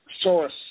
Source